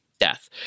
death